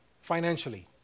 financially